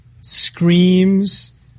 screams